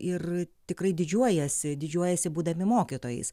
ir tikrai didžiuojasi didžiuojasi būdami mokytojais